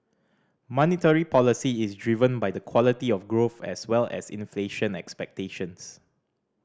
monetary policy is driven by the quality of growth as well as inflation expectations